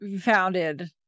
founded